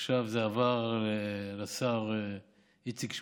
עכשיו זה עבר לשר איציק שמולי.